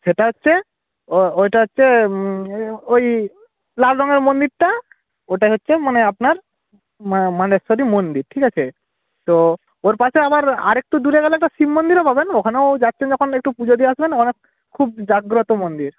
সেটা হচ্ছে ওইটা হচ্ছে ওই লাল রঙের মন্দিরটা ওটা হচ্ছে মানে আপনার মানেশ্বরী মন্দির ঠিক আছে তো ওর পাশে আবার আরেকটু দূরে গেলে তো শিব মন্দিরও পাবেন ওখানেও যাচ্ছেন যখন একটু পুজো দিয়ে আসবেন ওখানে খুব জাগ্রত মন্দির